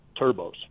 turbos